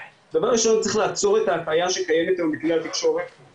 דבר ראשון צריך לעצור את ההטעייה שקיימת היום בכלי התקשורת